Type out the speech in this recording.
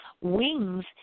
wings